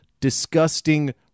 disgusting